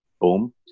boom